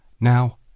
Now